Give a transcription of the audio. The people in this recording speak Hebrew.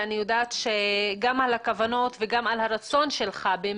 ואני יודעת גם על הכוונות וגם על הרצון שלך גם